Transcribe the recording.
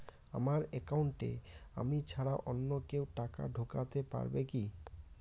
আমার একাউন্টে আমি ছাড়া অন্য কেউ টাকা ঢোকাতে পারবে কি?